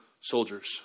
soldiers